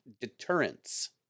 Deterrence